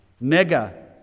mega